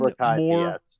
more